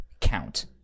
count